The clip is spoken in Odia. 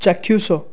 ଚାକ୍ଷୁଷ